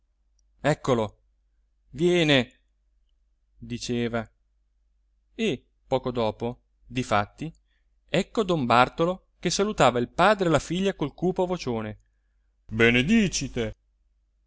lui eccolo viene diceva e poco dopo difatti ecco don bartolo che salutava il padre e la figlia col cupo vocione benedicite